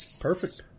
perfect